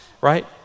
right